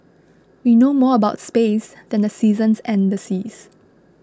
we know more about space than the seasons and the seas